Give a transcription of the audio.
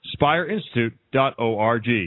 SpireInstitute.org